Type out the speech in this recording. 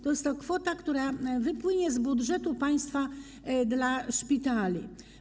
To jest kwota, która wypłynie z budżetu państwa dla szpitali.